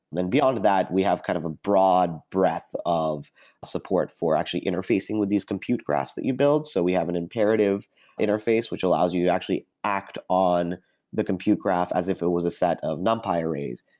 and and beyond that, we have kind of a broad breadth of support for actually interfacing with these compute graphs that you build. so we have an imperative interface which allows you actually act on the compute graphs as if it was a set of numpy arrays,